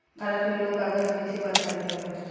भारत मे लोग कागज कृषि पर आधारित होला